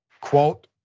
Quote